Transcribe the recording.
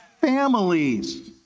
families